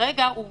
שכרגע הוא